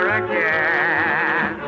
again